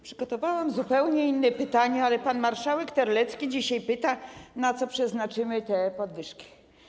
Przygotowałam zupełnie inne pytania, ale pan marszałek Terlecki dzisiaj pyta, na co przeznaczymy te podwyżki.